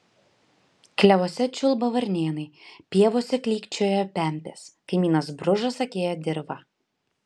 klevuose čiulba varnėnai pievose klykčioja pempės kaimynas bružas akėja dirvą